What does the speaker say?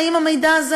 האם המידע הזה,